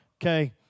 okay